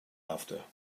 after